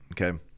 okay